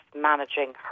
managing